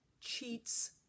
cheats